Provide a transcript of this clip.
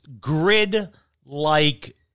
grid-like –